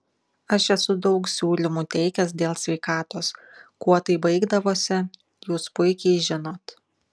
aš esu daug siūlymų teikęs dėl sveikatos kuo tai baigdavosi jūs puikiai žinot